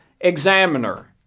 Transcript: examiner